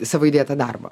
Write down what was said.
savo įdėtą darbą